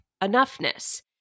enoughness